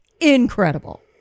incredible